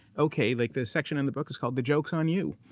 okay, like the section in the book is called the joke's on you,